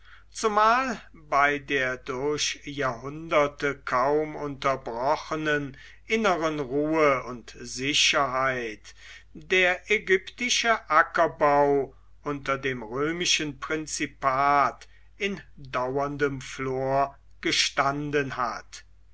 zumal bei der durch jahrhunderte kaum unterbrochenen inneren ruhe und sicherheit der ägyptische ackerbau unter dem römischen prinzipat in dauerndem flor gestanden hat